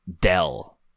Dell